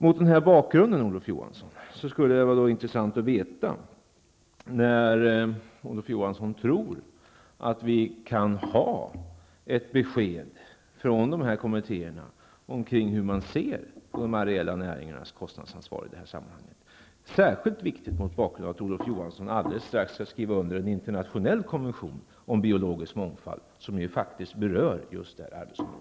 Mot denna bakgrund skulle det, Olof Johansson, vara intressant att få veta när Olof Johansson tror att vi kan ha ett besked från de aktuella kommittéerna om hur de ser på de areella näringarnas kostnadsansvar i detta sammanhang. Det är särskilt viktigt mot bakgrund av att Olof Johansson strax skall skriva under en internationell konvention om biologisk mångfald, som faktiskt berör just detta arbetsområde.